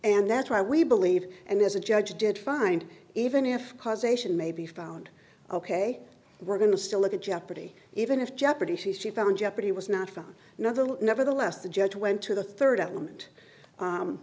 and that's why we believe and as a judge did find even if cause ation maybe found ok we're going to still look at jeopardy even if jeopardy she found jeopardy was not found another loop nevertheless the judge went to the rd element